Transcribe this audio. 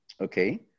okay